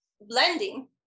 blending